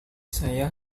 saya